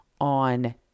on